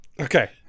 Okay